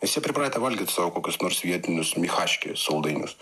nes jie pripratę valgyt savo kokius nors vietinius michački saldainius